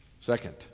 Second